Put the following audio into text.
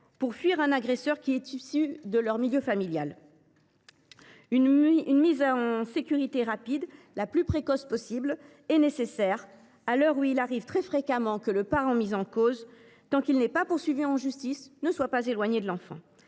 pour fuir un agresseur issu de leur propre cercle familial. Une mise en sécurité rapide, la plus précoce possible, est nécessaire, d’autant qu’il arrive très fréquemment que le parent mis en cause, tant qu’il n’est pas poursuivi en justice, ne soit pas éloigné de l’enfant.